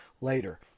later